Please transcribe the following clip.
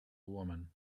woman